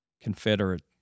Confederate